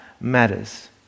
matters